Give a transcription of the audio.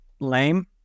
lame